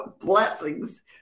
blessings